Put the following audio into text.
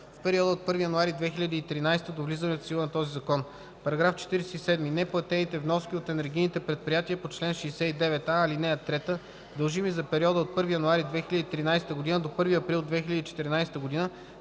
в периода от 1 януари 2013 г. до влизането в сила на този закон. § 47. Неплатените вноски от енергийните предприятия по чл. 69а, ал. 3, дължими за периода от 1 януари 2013 г. до 1 април 2014 г.,